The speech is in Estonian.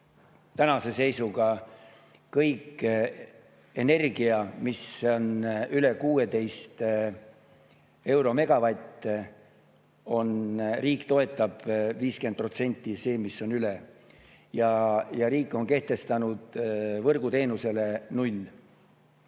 tänase seisuga kogu energiat, mis on üle 16 euro megavatt-tunni eest, riik toetab 50%, see mis on üle, ja riik on kehtestanud võrguteenusele nulli.